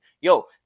yo